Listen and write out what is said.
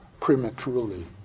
prematurely